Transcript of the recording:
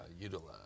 utilize